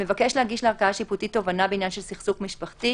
המבקש להגיש לערכאה שיפוטית תובענה בעניין של סכסוך משפחתי,